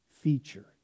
feature